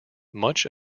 much